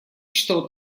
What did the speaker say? что